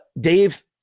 Dave